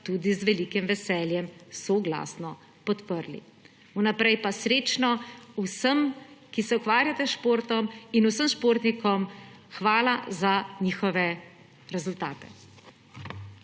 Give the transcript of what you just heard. tudi z velikim veseljem soglasno podprli. Vnaprej pa srečno vsem, ki se ukvarjate s športom, in vsem športnikom hvala za njihove rezultate!